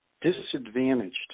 disadvantaged